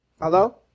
hello